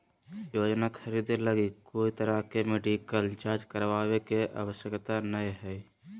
योजना खरीदे लगी कोय तरह के मेडिकल जांच करावे के आवश्यकता नयय हइ